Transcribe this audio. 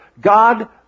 God